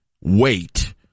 wait